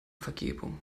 vergebung